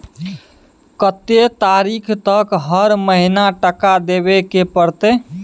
कत्ते तारीख तक हर महीना टका देबै के परतै?